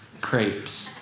crepes